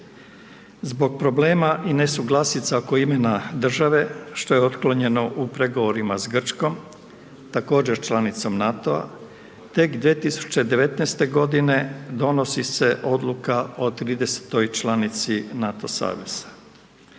Zbog problema i nesuglasica oko imena države što je otklonjeno u pregovorima s Grčkom, također članicom NATO-a, tek 2019.g. donosi se odluka o 30.-toj članici NATO saveza.